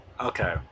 okay